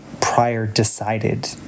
prior-decided